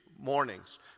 Mornings